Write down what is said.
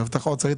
הבטחה אוצרית,